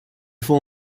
font